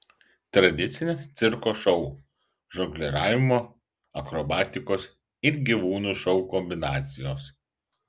tradicinis cirko šou žongliravimo akrobatikos ir gyvūnų šou kombinacijos